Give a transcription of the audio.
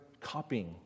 copying